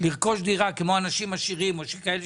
לרכוש דירה כמו אנשים עשירים או כאלה